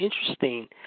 interesting